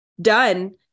done